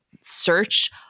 search